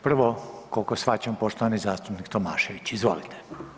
Prvo kolko shvaćam poštovani zastupnik Tomašević, izvolite.